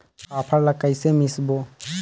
फाफण ला कइसे मिसबो?